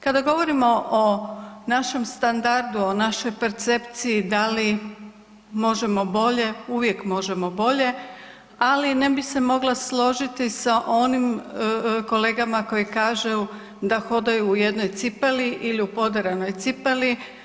Kada govorimo o našem standardu o našoj percepciji da li možemo bolje, uvijek možemo bolje, ali ne bi se mogla složiti sa onim kolegama koji kažu da hodaju u jednoj cipeli ili u poderanoj cipeli.